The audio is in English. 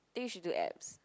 then you should do abs